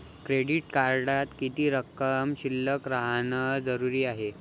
Credit कार्डात किती रक्कम शिल्लक राहानं जरुरी हाय?